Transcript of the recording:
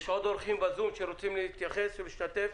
יש עוד אורחים בזום שרוצים להתייחס, להשתתף?